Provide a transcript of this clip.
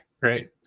right